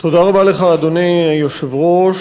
אדוני היושב-ראש,